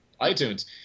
iTunes